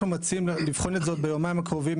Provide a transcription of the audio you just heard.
אנחנו מציעים לבחון את זה עוד ביומיים הקרובים,